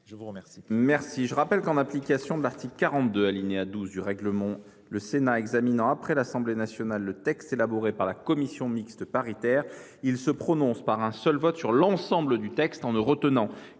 je vous remercie